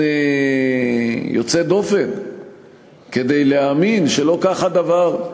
יוצא דופן כדי להאמין שלא כך הדבר,